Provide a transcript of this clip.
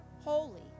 holy